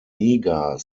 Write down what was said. meager